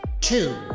Two